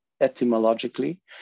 etymologically